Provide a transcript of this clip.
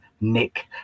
Nick